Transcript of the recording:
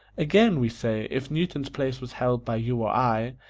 again we say, if newton's place was held by you or i,